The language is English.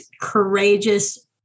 courageous